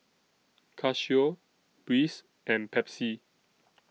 Casio Breeze and Pepsi